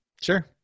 Sure